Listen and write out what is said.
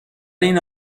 این